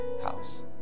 house